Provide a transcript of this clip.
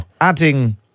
adding